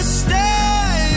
stay